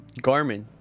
Garmin